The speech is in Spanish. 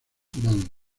band